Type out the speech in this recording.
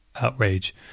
Outrage